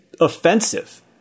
offensive